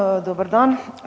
Dobar dan.